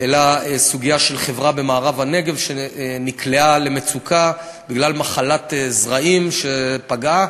סוגיה של חברה במערב הנגב שנקלעה למצוקה בגלל מחלת זרעים שפגעה,